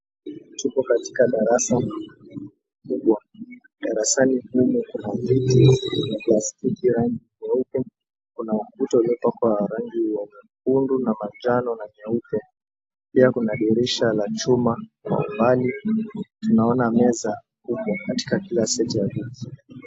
Tupo katika darasa kubwa. Darasani humu, kuna viti vya plastiki rangi nyeupe, kuna ukuta uliopakwa rangi ya nyekundu na manjano na nyeupe. Pia kuna dirisha la chuma kwa umbali, tunaona meza kubwa katika kila set ya viti.